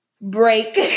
break